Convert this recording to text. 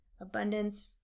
abundance